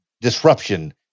disruption